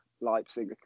Leipzig